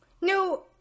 No